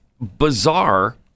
bizarre